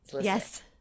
Yes